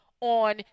on